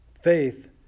Faith